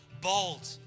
bold